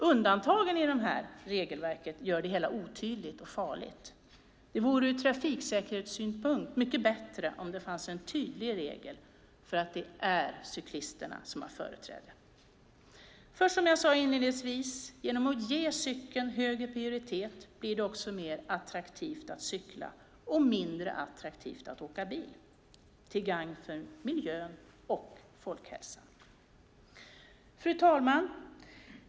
Undantagen i regelverket gör det hela otydligt och farligt. Det vore ur trafiksäkerhetssynpunkt mycket bättre om det fanns en tydlig regel att det är cyklisterna som har företräde. Som jag sade inledningsvis: Genom att ge cykeln högre prioritet blir det mer attraktivt att cykla och mindre attraktivt att åka bil, till gagn för miljön och folkhälsan! Fru talman!